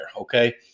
okay